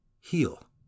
heal